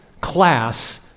class